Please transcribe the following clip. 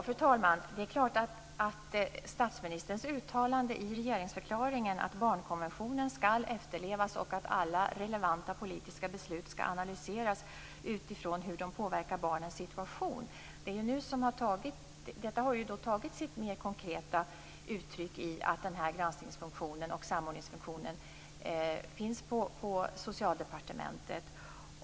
Fru talman! Statsministerns uttalande i regeringsförklaringen att barnkonventionen skall efterlevas och att alla relevanta politiska beslut skall analyseras utifrån hur de påverkar barnens situation har ju tagit sitt mer konkreta uttryck i att gransknings och samordningsfunktionen finns på Socialdepartementet.